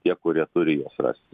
tie kurie turi juos rasti